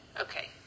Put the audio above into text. Okay